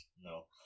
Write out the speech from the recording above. No